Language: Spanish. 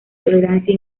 tolerancia